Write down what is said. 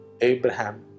Abraham